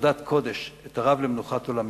ובחרדת קודש את הרב למנוחת עולמים.